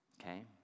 okay